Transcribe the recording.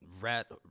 rat